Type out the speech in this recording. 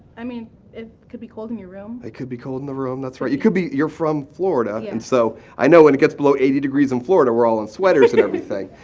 i mean it could be cold in your room. it could be cold in the room. that's right. you could be you're from florida and so i know when it gets below eighty degrees in florida, we're all in sweaters and everything.